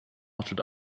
should